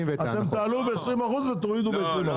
אתם תעלו ב-20% ותורידו ב-20%.